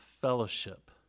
fellowship